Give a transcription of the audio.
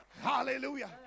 Hallelujah